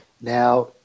Now